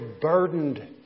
burdened